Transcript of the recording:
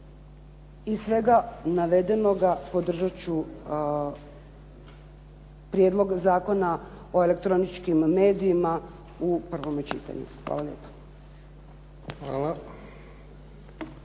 Iz svega navedenoga podržat ću Prijedlog zakona o elektroničkim medijima u prvome čitanju. Hvala lijepa.